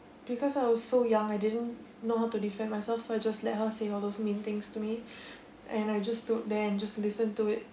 because I was so young I didn't know how to defend myself so I just like her say all those mean things to me and I just stood there and just listen to it